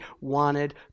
wanted